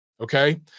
okay